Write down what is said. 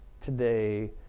today